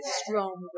strong